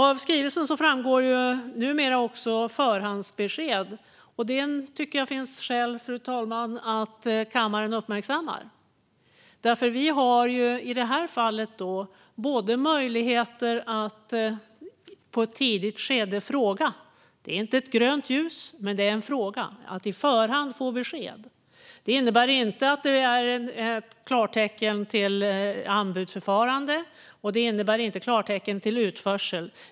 Av skrivelsen framgår numera också förhandsbesked. Det tycker jag att det finns skäl att kammaren uppmärksammar, för vi har i det här fallet möjlighet att i ett tidigt skede fråga - det är inte grönt ljus, men det är en fråga - om besked i förhand. Det innebär inte klartecken till anbudsförfarande, och det innebär inte klartecken till utförsel.